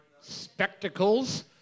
spectacles